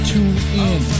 TuneIn